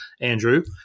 Andrew